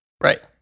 right